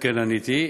כן עניתי.